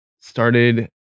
started